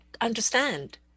understand